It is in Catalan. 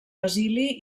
basili